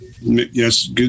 Yes